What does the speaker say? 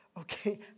okay